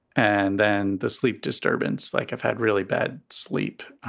and then the sleep disturbance, like i've had really bad sleep.